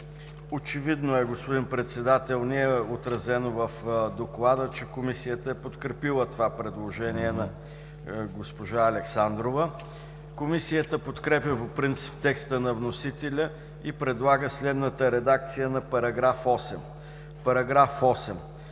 Очевидно, господин Председател, в доклада не е отразено, че Комисията е подкрепила това предложение на госпожа Александрова. Комисията подкрепя по принцип текста на вносителя и предлага следната редакция на § 8: „§ 8.